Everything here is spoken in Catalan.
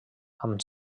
amb